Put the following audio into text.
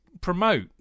promote